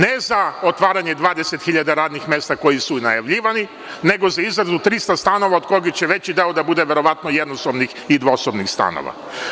Ne za otvaranje 20 hiljada radnih mesta koji su najavljivani, nego za izradu 300 stanova, od koga će veći deo da bude verovatno jednosobnih i dvosobnih stanova.